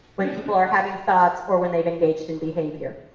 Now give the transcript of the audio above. when people are having thoughts or when they've engaged in behavior.